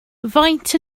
faint